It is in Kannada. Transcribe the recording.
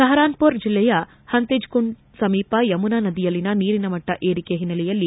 ಸಹರಾನ್ಪುರ್ ಜಿಲ್ಲೆಯ ಹತಿಂಜ್ ಕುಂಡ್ ಸಮೀಪ ಯಮುನಾ ನದಿಯಲ್ಲಿನ ನೀರಿನ ಮಟ್ಟ ಏರಿಕೆ ಹಿನ್ನೆಲೆಯಲ್ಲಿ